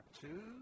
Two